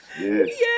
Yes